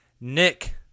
Nick